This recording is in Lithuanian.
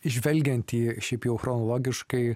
žvelgiant į šiaip jau chronologiškai